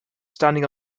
standing